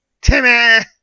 Timmy